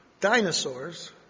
Dinosaurs